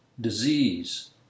disease